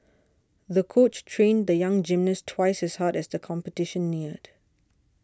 the coach trained the young gymnast twice as hard as the competition neared